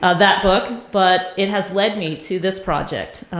ah that book, but it has led me to this project,